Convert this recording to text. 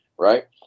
Right